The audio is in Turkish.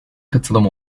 katılım